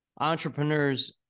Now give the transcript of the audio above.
Entrepreneurs